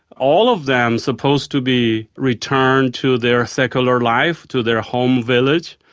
all of them supposed to be returned to their secular life, to their home village,